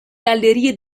gallerie